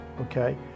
okay